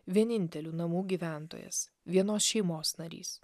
vienintelių namų gyventojas vienos šeimos narys